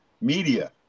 media